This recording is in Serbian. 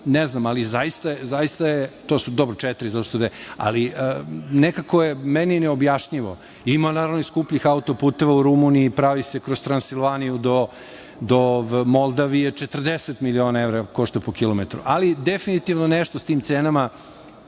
Ne znam, ali zaista, nekako meni ne objašnjivo. Ima naravno i skupljih autoputeva u Rumuniji, pravi se kroz Transilvaniju do Moldavije, 40 miliona evra košta po kilometru, ali definitivno nešto sa tim cenama